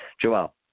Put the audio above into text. Joel